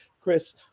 Chris